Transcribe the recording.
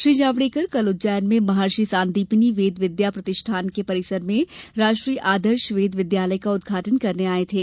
श्री जावडेकर कल उज्जैन में महर्षि सांदीपनि वेद विद्या प्रतिष्ठान के परिसर में राष्ट्रीय आदर्श वेद विद्यालय का उद्घाटन करने आए थे